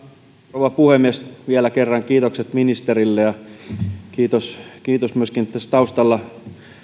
rouva puhemies vielä kerran kiitokset ministerille kiitos kiitos myöskin tässä taustalla